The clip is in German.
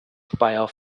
speyer